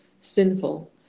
sinful